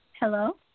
Hello